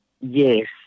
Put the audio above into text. Yes